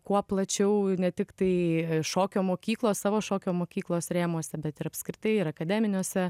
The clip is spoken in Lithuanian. kuo plačiau ne tiktai šokio mokyklos savo šokio mokyklos rėmuose bet ir apskritai ir akademiniuose